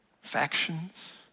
factions